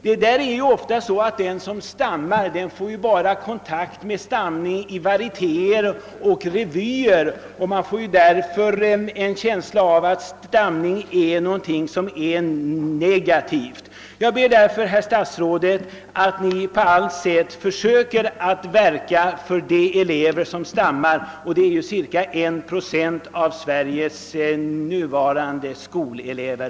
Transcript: Det är tyvärr ofta så att folk alltför ofta får kontakt med stamning i revyer i vilka det skämtas med stammare och därför får en känsla av att stamning är något negativt. Jag ber, herr statsråd, att Ni på allt sätt försöker medverka till att sådana åtgärder vidtages som innebär hjälp åt de elever som stammar; de utgör cirka 1 procent av Sveriges nuvarande skolelever.